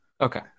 Okay